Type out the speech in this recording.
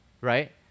right